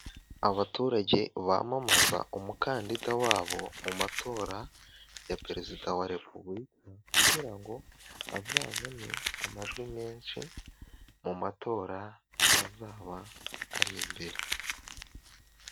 Abaturage bamamaza umukandida wabo, mu matora ya perezida wa repubulika, kugira ngo azabone amajwi menshi, mu matora azaba ari imbere.